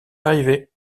arriver